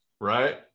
Right